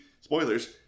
spoilers